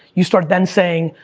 you start then saying,